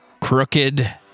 Crooked